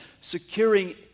securing